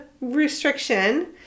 restriction